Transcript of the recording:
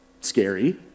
scary